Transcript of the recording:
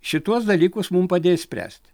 šituos dalykus mum padės spręsti